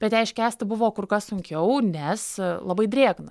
bet ją iškęsti buvo kur kas sunkiau nes labai drėgna